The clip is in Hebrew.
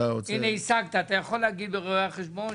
הנה השגת אתה יכול להגיד לרואי החשבון.